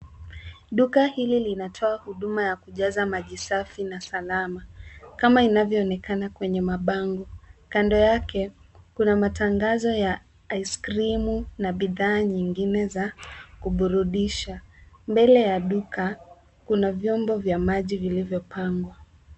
Duka hili linatoa huduma ya kujaza maji safi na salama. Kama inavyoonekana kwenye mabango. Kando yake kuna matangazo ya Ice Cream na bidha nyingine za kuburudisha. Mbele ya duka kuna vyombo vya maji vilivyopangwa.